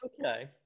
okay